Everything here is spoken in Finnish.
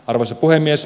arvoisa puhemies